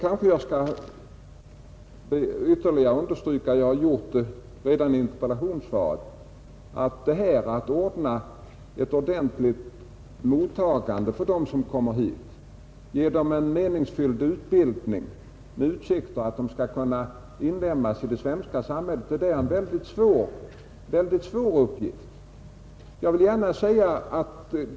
Kanske jag skall ytterligare understryka — jag har gjort det redan i frågesvaret — att det här att ordna ett ordentligt mottagande för dem som kommer hit, att ge dem en meningsfylld utbildning med utsikter att de skall kunna inlemmas i det svenska samhället, är en väldigt svår uppgift.